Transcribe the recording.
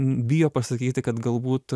bijo pasakyti kad galbūt